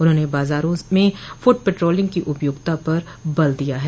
उन्होंने बाजारों में फुट पेट्रोलिंग की उपयोगिता पर बल दिया है